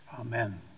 Amen